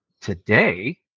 today